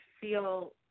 feel